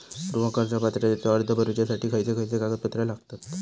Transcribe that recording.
गृह कर्ज पात्रतेचो अर्ज भरुच्यासाठी खयचे खयचे कागदपत्र लागतत?